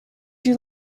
you